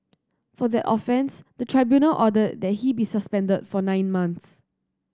for that offence the tribunal ordered that he be suspended for nine months